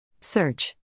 Search